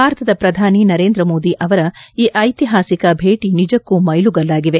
ಭಾರತದ ಪ್ರಧಾನಿ ನರೇಂದ್ರ ಮೋದಿ ಅವರ ಈ ಐತಿಹಾಸಿಕ ಭೇಟಿ ನಿಜಕ್ಕೂ ಮೈಲುಗಲ್ಲಾಗಿವೆ